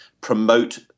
promote